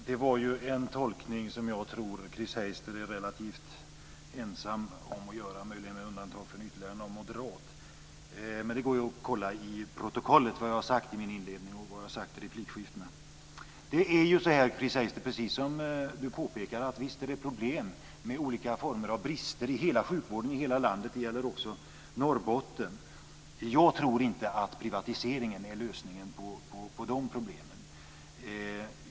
Fru talman! Det var en tolkning som jag tror Chris Heister är relativt ensam om att göra, möjligen med undantag för ytterligare någon moderat. Men det går ju att kolla i protokollet vad jag har sagt i min inledning och i replikskiftena. Visst finns det, precis som Chris Heister påpekar, problem med olika former av brister i hela sjukvården i hela landet. Det gäller också Norrbotten. Jag tror inte att privatisering är lösningen på de problemen.